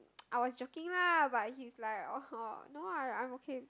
I was joking lah but he's like orh no ah I'm okay